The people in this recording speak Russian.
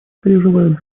переживает